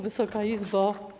Wysoka Izbo!